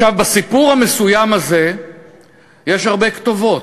בסיפור המסוים הזה יש הרבה כתובות: